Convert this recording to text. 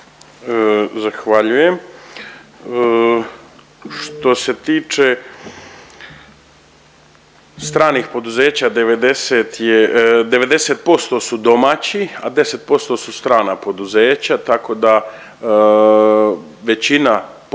Zahvaljujem. Što se tiče stranih poduzeća 90 je, 90% su domaći, a 10% su strana poduzeća tako da većina potpora